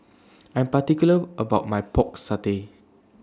I'm particular about My Pork Satay